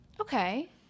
Okay